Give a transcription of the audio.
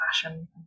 fashion